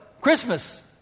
Christmas